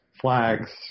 flags